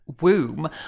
womb